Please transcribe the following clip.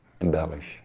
embellish